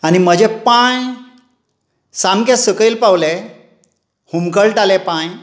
आनी म्हजे पांय सामकें सकयल पावले हुमकळटाले पांय